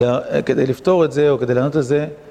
כדי לפתור את זה או כדי לענות על זה